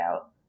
out